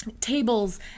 tables